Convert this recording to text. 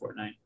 Fortnite